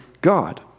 God